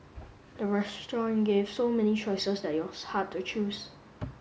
the restaurant gave so many choices that it was hard to choose